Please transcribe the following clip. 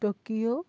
Tokyo